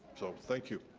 so thank you.